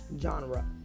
genre